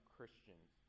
Christians